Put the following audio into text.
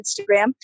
Instagram